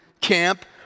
camp